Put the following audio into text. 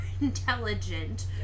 intelligent